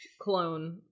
clone